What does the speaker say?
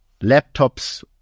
laptops